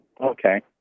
okay